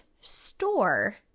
store